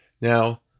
Now